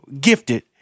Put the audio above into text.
gifted